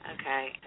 Okay